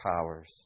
powers